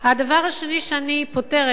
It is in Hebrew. הדבר השני שאני פותרת